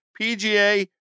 PGA